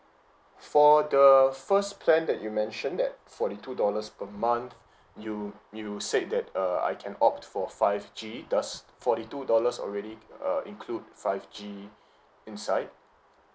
for the first plan that you mentioned that forty two dollars per month you you said that uh I can opt for five G does forty two dollars already uh include five G inside